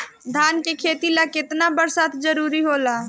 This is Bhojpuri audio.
धान के खेती ला केतना बरसात जरूरी होला?